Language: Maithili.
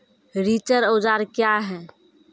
रिचर औजार क्या हैं?